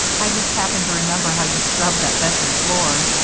i just happened to remember how you scrubbed that bedroom floor.